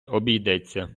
обійдеться